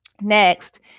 Next